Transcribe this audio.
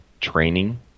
training